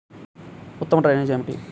ఉత్తమ డ్రైనేజ్ ఏమిటి?